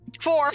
four